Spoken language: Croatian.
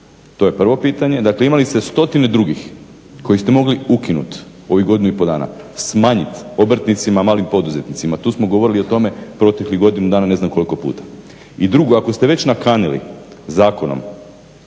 To je prvo pitanje. Dakle, imali ste stotine drugih koje ste mogli ukinuti u ovih godinu i pol dana, smanjit obrtnicima, malim poduzetnicima. Tu smo govorili o tome proteklih godinu dana ne znam koliko puta. I drugo, ako ste već nakanili zakonom